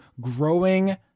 growing